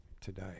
today